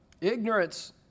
Ignorance